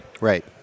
Right